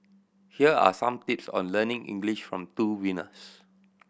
here are some tips on learning English from two winners